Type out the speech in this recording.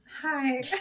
Hi